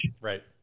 Right